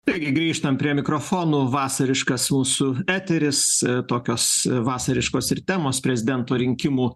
taigi grįžtam prie mikrofonų vasariškas mūsų eteris tokios vasariškos ir temos prezidento rinkimų